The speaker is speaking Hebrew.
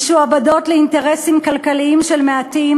משועבדת לאינטרסים כלכליים של מעטים